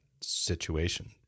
situation